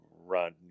run